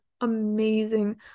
amazing